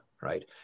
Right